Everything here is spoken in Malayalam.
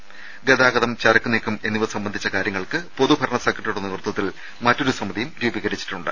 നഗതാഗതം ചരക്കുനീക്കം എന്നിവ സംബന്ധിച്ച കാര്യങ്ങൾക്ക് പൊതുഭരണ സെക്രട്ടറിയുടെ നേതൃത്വത്തിൽ മറ്റൊരു സമിതിയും രൂപീകരിച്ചിട്ടുണ്ട്